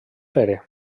pere